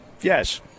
Yes